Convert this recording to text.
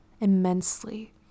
immensely